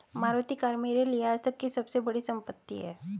Maruti car मेरे लिए आजतक की सबसे बड़ी संपत्ति है